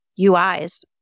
UIs